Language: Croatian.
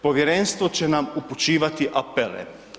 Povjerenstvo će nam upućivati apele.